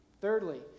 Thirdly